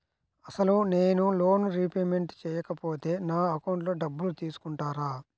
అసలు నేనూ loan repayment చేయకపోతే నా అకౌంట్లో డబ్బులు తీసుకుంటారా?